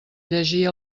llegir